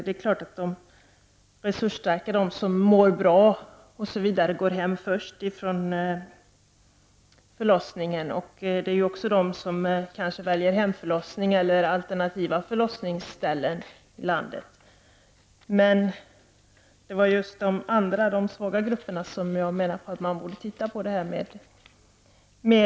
Det är klart att de resursstarka, de som mår bra, går hem först från förlossningen. Det är också de som kanske väljer hemförlossning eller alternativa förlossningsställen i landet. Men det är just värdet av BB-hem för de svaga grupperna som jag menar att man borde titta på.